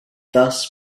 thus